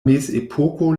mezepoko